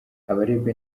abarebwa